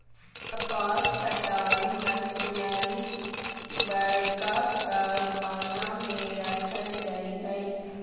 कपास कताई मशीनरी बरका कारखाना में रखल जैय हइ